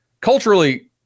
culturally